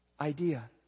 idea